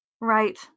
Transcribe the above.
Right